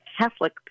Catholic